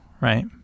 right